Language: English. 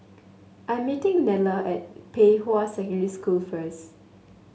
I'm meeting Nella at Pei Hwa Secondary School first